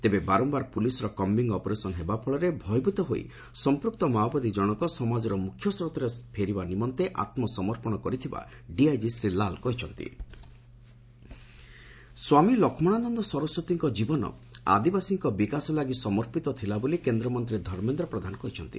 ତେବେ ବାରମ୍ୟାର ପୁଲିସର କମ୍ୱିଂ ଅପରେସନ ହେବା ଫଳରେ ଭୟଭୀତ ହୋଇ ସମ୍ମକ୍ତ ମାଓବାଦୀ ଜଣକ ସମାଜର ମୁଖ୍ୟସ୍ରୋତରେ ଫେରିବା ନିମନ୍ତେ ଆମ୍ସମର୍ପଣ କରିଥିବା ଡିଆଇକି ଶ୍ରୀ ଲାଲ କହିଚ୍ଚନ୍ତି ଧର୍ମେନ୍ଦ୍ର ପ୍ରଧାନ କ୍ଷମାଳ ସ୍ୱାମୀ ଲକ୍ଷୁଶାନନ ସରସ୍ୱତୀଙ୍କ ଜୀବନ ଆଦିବାସୀଙ୍କ ବିକାଶ ଲାଗି ସମର୍ପିତ ଥିଲା ବୋଲି କେନ୍ଦ୍ରମନ୍ତୀ ଧର୍ମେନ୍ଦ୍ର ପ୍ରଧାନ କହିଛନ୍ତି